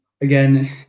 again